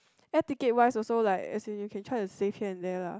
air ticket wise also like as in you can try to save here and there lah